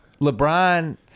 LeBron